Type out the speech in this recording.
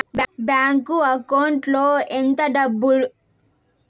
Bank account లో ఎంత డిపాజిట్లు సేస్తే గోల్డ్ బాండు పొందొచ్చు?